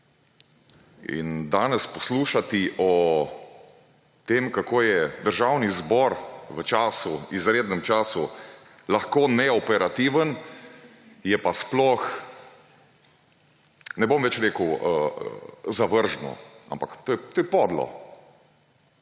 Danes poslušati o tem, kako je Državni zbor v izrednem času lahko neoperativen, je pa sploh, ne bom več rekel zavržno, ampak je podlo.